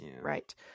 right